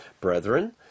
brethren